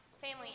Family